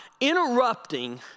interrupting